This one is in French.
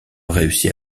réussi